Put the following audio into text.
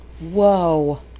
Whoa